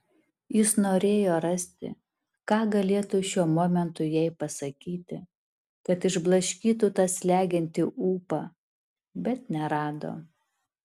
jis norėjo rasti ką galėtų šiuo momentu jai pasakyti kad išblaškytų tą slegiantį ūpą bet nerado